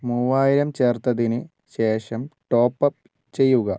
മൂവായിരം ചേർത്തതിന് ശേഷം ടോപ് അപ്പ് ചെയ്യുക